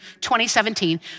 2017